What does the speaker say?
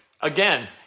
Again